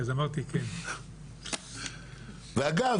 ואגב,